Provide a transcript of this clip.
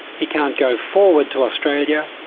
he can't go forward to australia,